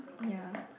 ya